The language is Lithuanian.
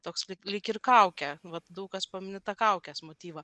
toks lyg ir kaukė vat daug kas pamini tą kaukės motyvą